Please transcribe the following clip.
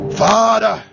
father